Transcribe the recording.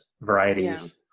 varieties